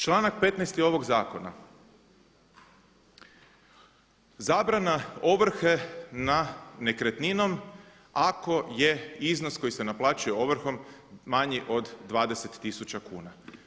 Članak 15. ovog zakona, zabrana ovrhe na nekretninom ako je iznos koji se naplaćuje ovrhom manji od 20 tisuća kuna.